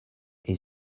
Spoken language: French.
est